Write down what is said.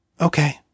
Okay